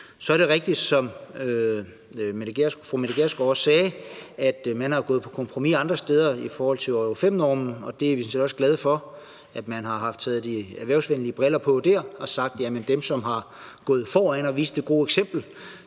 Så er det rigtigt, som fru Mette Gjerskov også sagde, nemlig at man er gået på kompromis andre steder i forhold til Euro V-normen, og vi er sådan set også glade for, at man har taget de erhvervsvenlige briller på der og har sagt, at dem, som er gået forrest og har vist det gode eksempel,